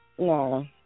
No